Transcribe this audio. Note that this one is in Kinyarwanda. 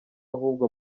ahubwo